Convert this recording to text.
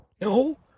No